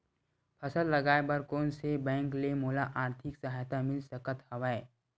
फसल लगाये बर कोन से बैंक ले मोला आर्थिक सहायता मिल सकत हवय?